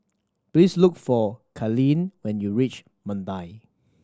please look for Kaylynn when you reach Mandai